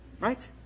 Right